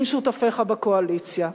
עם שותפיך בקואליציה.